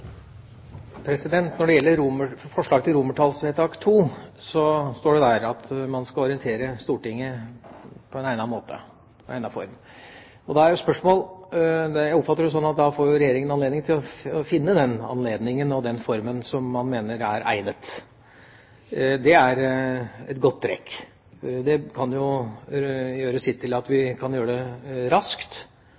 Når det gjelder romertallsforslag II, står det der at man skal orientere Stortinget i egnet form. Jeg oppfatter det slik at da får Regjeringa anledning til å finne den anledningen og den formen som man mener er egnet. Det er et godt trekk. Det kan gjøre sitt til at vi